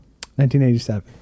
1987